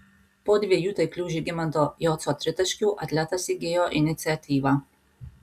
po dviejų taiklių žygimanto jocio tritaškių atletas įgijo iniciatyvą